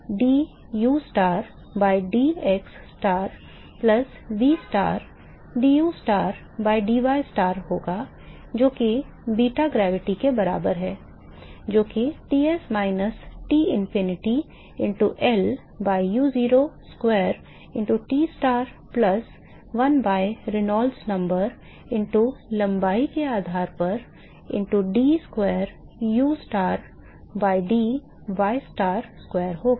तो वह ustar dustar by dxstar plus vstar dustar by dystar होगा जो कि बीटा ग्रेविटी के बराबर है जो कि Ts minus Tinfinity into L by u0 square into Tstar plus 1 by Reynolds number into लंबाई के आधार पर into d square u star by d y star square होगा